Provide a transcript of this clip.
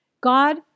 God